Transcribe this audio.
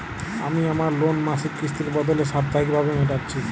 আমি আমার লোন মাসিক কিস্তির বদলে সাপ্তাহিক ভাবে মেটাচ্ছি